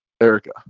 Erica